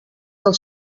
del